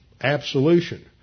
absolution